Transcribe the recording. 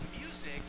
music